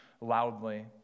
loudly